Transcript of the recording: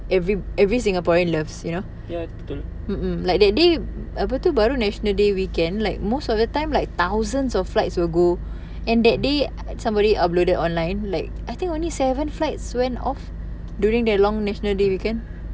every every singaporean loves you know mm mm like that day apa tu baru national day weekend like most of the time like thousands of flights will go and that day somebody uploaded online like I think only seven flights went off during that long national day weekend